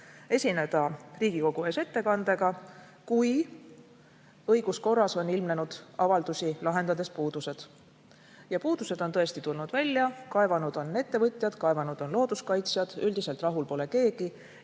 esineda teie ees ettekandega, kui õiguskorras on avaldusi lahendades ilmnenud puudused. Puudused on tõesti tulnud välja, kaevanud on ettevõtjad, kaevanud on looduskaitsjad, üldiselt rahul pole keegi.